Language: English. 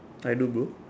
I do bro